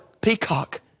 peacock